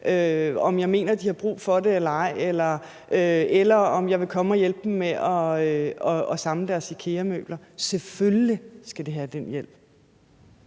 om jeg mener, de har brug for det eller ej – eller om jeg vil komme og hjælpe dem med at samle deres IKEA-møbler. Selvfølgelig skal de have den hjælp.